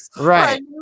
Right